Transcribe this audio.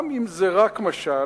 גם אם זה רק משל,